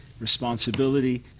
responsibility